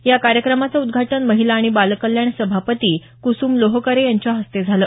या कार्यक्रमाचं उद्घाटन महिला आणि बाल कल्याण सभापती कुसुम लोहकरे यांच्या हस्ते झालं